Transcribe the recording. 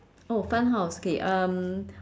oh funhouse okay um